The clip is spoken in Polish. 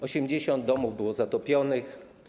80 domów było zatopionych.